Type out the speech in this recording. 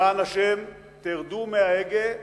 למען השם, תרדו מההגה,